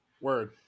Word